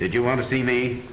if you want to see me